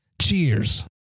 Cheers